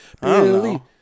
Billy